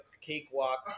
cakewalk